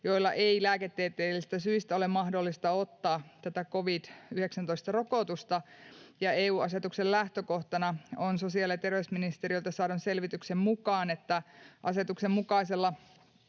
joilla ei lääketieteellisistä syistä ole mahdollista ottaa tätä covid-19-rokotusta, ja sosiaali‑ ja terveysministeriöltä saadun selvityksen mukaan EU-asetuksen